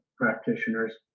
practitioners